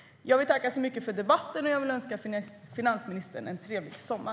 Jag tackar så mycket för debatten och önskar finansministern en trevlig sommar!